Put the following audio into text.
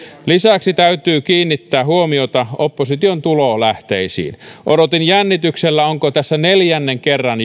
lisäksi täytyy kiinnittää huomiota opposition tulolähteisiin odotin jännityksellä onko tässä jo neljännen kerran